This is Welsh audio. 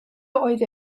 oedd